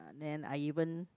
then I even